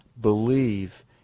believe